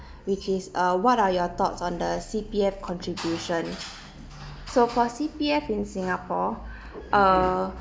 which is uh what are your thoughts on the C_P_F contribution so for C_P_F in singapore uh